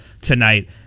tonight